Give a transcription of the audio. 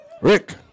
Rick